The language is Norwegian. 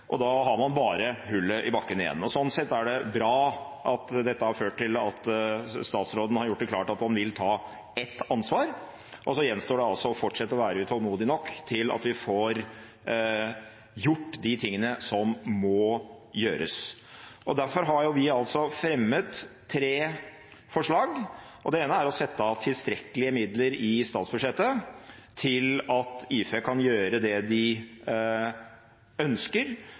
og da har man bare hullet i bakken igjen. Sånn sett er det bra at dette har ført til at statsråden har gjort det klart at man vil ta et ansvar, og så gjenstår det å fortsette å være utålmodig nok til at vi får gjort de tingene som må gjøres. Derfor har vi fremmet tre forslag. Det ene er å sette av tilstrekkelige midler i statsbudsjettet til at IFE kan gjøre det de ønsker,